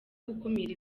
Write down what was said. gukumira